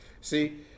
See